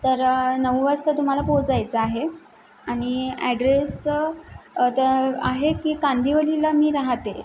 तर नऊ वाजता तुम्हाला पोहोचायचं आहे आणि ॲड्रेस तर आहे की कांदिवलीला मी राहते